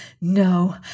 No